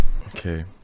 Okay